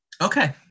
Okay